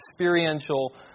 experiential